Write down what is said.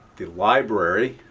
the library,